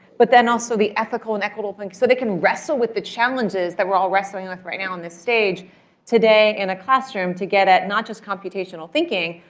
but then also the ethical and equitable things so they can wrestle with the challenges that we're all wrestling with right now on this stage today in a classroom to get at not just computational thinking,